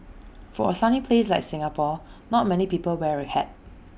for A sunny place like Singapore not many people wear A hat